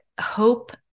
hope